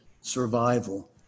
survival